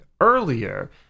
earlier